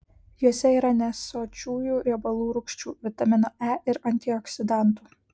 juose yra nesočiųjų riebalų rūgščių vitamino e ir antioksidantų